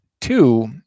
two